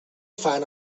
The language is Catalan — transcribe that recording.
fan